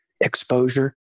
exposure